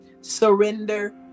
Surrender